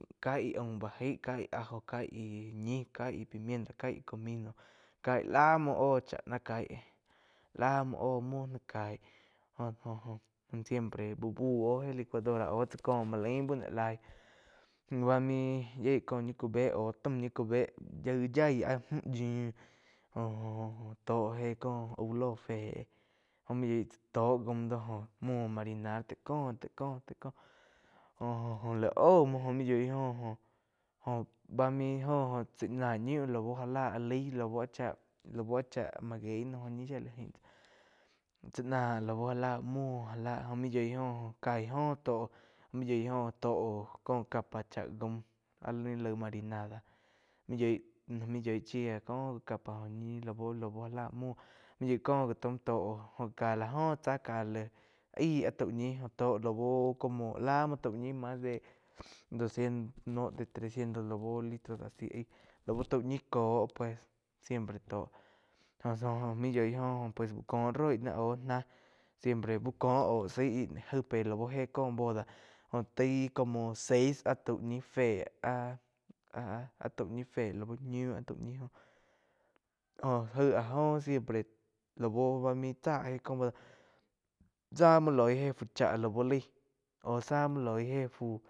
Kaig aum ba jaig, Kaig ajo kaig ñi kaig pimienta caig comino caig lá muo óh chá ná caig lá múo óh muo gá caig joh-joh siempre úh bú oh éh licuadora aú chaí ko muo lain bau no laig bá muo yieg có ñi cu bé au taum ñi cu be yaí áh mju yiu jo-jo tó éh cóh úh ló fé gó mu yoig tó jaum do jo muo marinar taig có taig có jo-jo la úh muo jó muo yoig óh jo, jó ba main joh tsá náh ñiu lau já láh áh laig láu áh cháh, láu áh cháh maguey óh ñi shía la jain tsá. Tzaá ná lau já lá muo já lah jó main yoig go kaig óh tó mu yoig óh to có capa chá jaum áh ni laig marinada main yoi main yoi chía có gi cá óh ñi laú- laú já la muo main yoig có gi taum tó jo ká la joh tsá ka aig á tau ñi tó lau como láh muo tau ñi mas de docientos no de trecientos lau litros a si aig lau taú ñi cóh pues siempre tó jo-jo maig yoih óh jo pues úh có roi náh aú náh siempre úh cóh óh zaí ni jaí pero lau héh có boda jó taig como seis áh tau ñi fé áh-áh tau ñi fé lau ñiu taú ñi joh aíg áh joh siempre laú main tsá éh có boda tzá muo loig éh fu chá lau laig au zá muo loi éh fui.